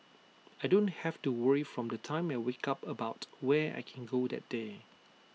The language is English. I don't have to worry from the time I wake up about where I can go that day